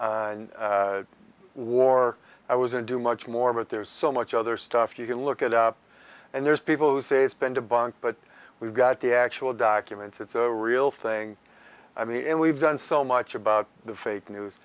war i was a do much more but there's so much other stuff you can look at and there's people who say spend a bunch but we've got the actual documents it's a real thing i mean we've done so much about the fake news